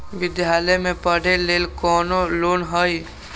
विद्यालय में पढ़े लेल कौनो लोन हई?